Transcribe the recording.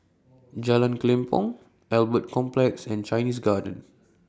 Jalan Kelempong Albert Complex and Chinese Garden